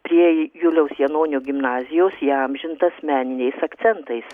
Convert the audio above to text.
prie juliaus janonio gimnazijos įamžintas meniniais akcentais